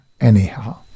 anyhow